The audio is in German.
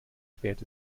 spät